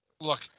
Look